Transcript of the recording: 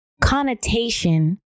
connotation